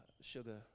sugar